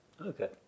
Okay